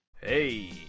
hey